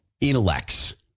intellects